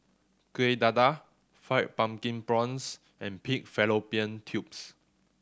Kuih Dadar Fried Pumpkin Prawns and pig fallopian tubes